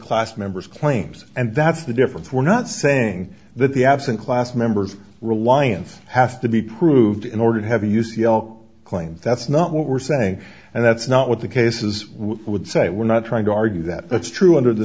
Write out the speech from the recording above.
class members claims and that's the difference we're not saying that the absent class members reliance has to be proved in order to have a u c l claim that's not what we're saying and that's not what the case is would say we're not trying to argue that that's true under the